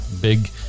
big